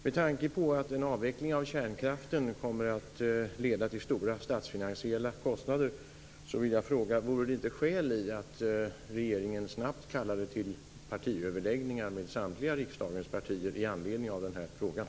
Med tanke på att en avveckling av kärnkraften kommer att leda till stora statsfinansiella kostnader vill jag fråga om det inte finns skäl för att regeringen snabbt kallar till partiöverläggningar med riksdagens samtliga partier med anledning av den här frågan.